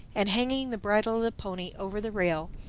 and hanging the bridle of the pony over the rail,